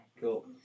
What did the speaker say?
Cool